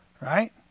right